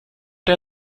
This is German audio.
der